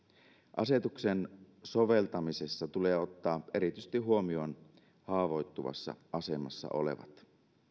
asetuksen soveltamisessa tulee ottaa huomioon erityisesti haavoittuvassa asemassa olevat